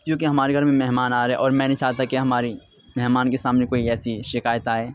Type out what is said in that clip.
کیونکہ ہمارے گھر میں مہمان آ رہے اور میں نہیں چاہتا کہ ہماری مہمان کے سامنے کوئی ایسی شکایت آئے